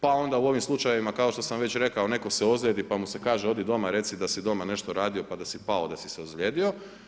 Pa onda u ovim slučajevima kao što sam već rekao netko se ozlijedi pa mu se kaže odi doma i reci da si doma nešto radio pa da si pao da si se ozlijedio.